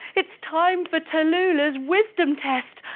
it's time for tallulah's wisdom test.